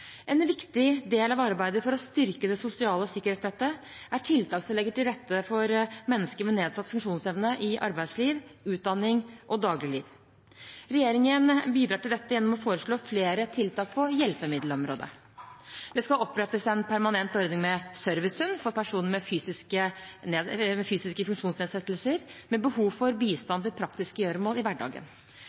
En viktig del av arbeidet for å styrke det sosiale sikkerhetsnettet er tiltak som legger til rette for mennesker med nedsatt funksjonsevne i arbeidsliv, utdanning og dagligliv. Regjeringen bidrar til dette gjennom å foreslå flere tiltak på hjelpemiddelområdet. Det skal opprettes en permanent ordning med servicehund for personer med fysiske funksjonsnedsettelser med behov for bistand til praktiske gjøremål i hverdagen.